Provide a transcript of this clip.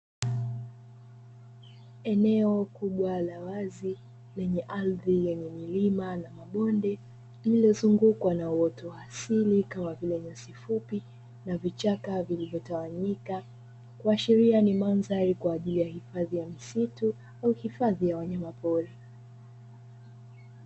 Eneo kubwa la wazi lenye ardhi yenye milima na mabonde imezungukwa na uoto wa asili kama vile nyasi fupi, na vichaka vilivyotawanyika kuashiria ni mandhari kwa ajili ya hifadhi ya misitu ya wanyama pori.